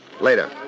Later